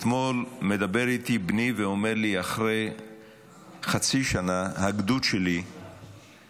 אתמול מדבר איתי בני ואומר לי: אחרי חצי שנה הגדוד שלי נקרא,